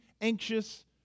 anxious